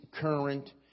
current